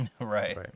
Right